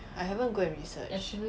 I haven't go and research